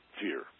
fear